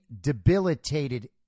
debilitated